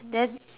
then